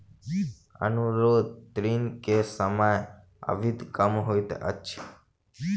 अनुरोध ऋण के समय अवधि कम होइत अछि